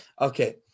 okay